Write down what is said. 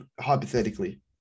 hypothetically